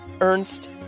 Ernst